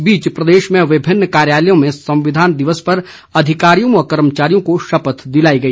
इस बीच प्रदेश में विभिन्न कार्यालयों में संविधान दिवस पर अधिकारियों व कर्मचारियों को शपथ दिलाई गई